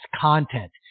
content